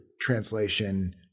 translation